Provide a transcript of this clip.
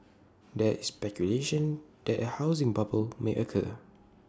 there is speculation that A housing bubble may occur